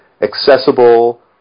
accessible